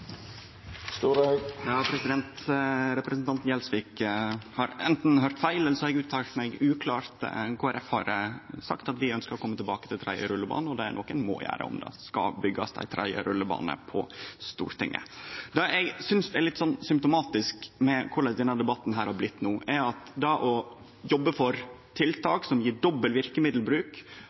Representanten Gjelsvik har anten høyrt feil eller så har eg uttalt meg uklart. Kristeleg Folkeparti har sagt at vi ønskjer å kome tilbake til Stortinget med spørsmålet om ein tredje rullebane, og det er noko ein må gjere om det skal byggjast ein tredje rullebane. Det eg synest er litt symptomatisk for korleis denne debatten no har blitt, er at ein jobbar for tiltak som gjev dobbel verkemiddelbruk,